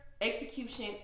execution